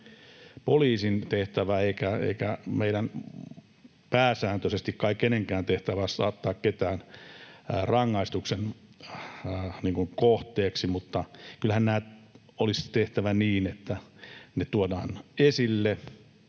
Poliisin tehtävä ei — eikä pääsääntöisesti kai meidän kenenkään tehtävä — ole saattaa ketään rangaistuksen kohteeksi, mutta kyllähän nämä olisi tehtävä niin, että ne tuodaan esille,